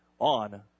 on